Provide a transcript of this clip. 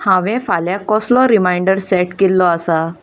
हांवें फाल्यां कोसलो रिमायंडर सॅट केल्लो आसा